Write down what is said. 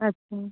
अच्छा